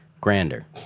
Grander